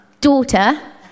daughter